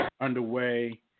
underway